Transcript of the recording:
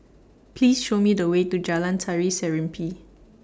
Please Show Me The Way to Jalan Tari Serimpi